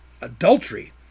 adultery